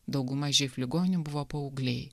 dauguma živ ligonių buvo paaugliai